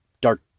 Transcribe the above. Dark